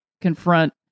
confront